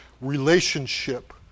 relationship